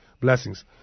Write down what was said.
Blessings